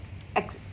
ex~